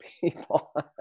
people